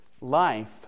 life